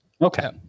Okay